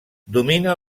domina